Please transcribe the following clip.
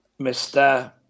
Mr